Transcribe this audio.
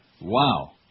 Wow